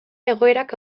egoerak